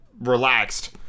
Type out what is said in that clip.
relaxed